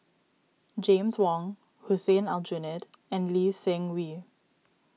James Wong Hussein Aljunied and Lee Seng Wee